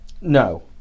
no